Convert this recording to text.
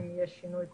אם יהיה שינוי כלשהו.